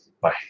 Bye